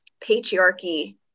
patriarchy